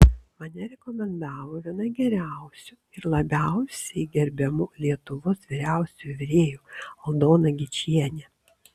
mane rekomendavo viena geriausių ir labiausiai gerbiamų lietuvos vyriausiųjų virėjų aldona gečienė